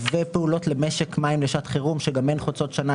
ופעולות למשק מים לשעת חירום שגם הן חוצות שנה,